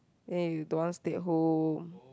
then you don't want stay home